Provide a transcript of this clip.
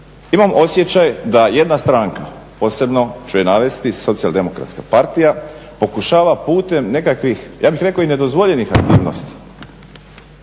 imam osjećaj da jedna stranka, posebno ću je navesti SDP, pokušava putem nekakvih ja bih rekao i nedozvoljenih aktivnosti